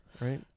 right